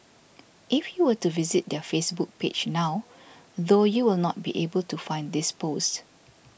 if you were to visit their Facebook page now though you will not be able to find this post